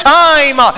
time